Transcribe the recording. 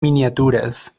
miniaturas